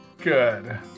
good